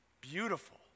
beautiful